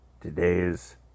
Today's